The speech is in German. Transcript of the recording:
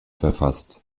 verfasst